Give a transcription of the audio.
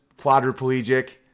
quadriplegic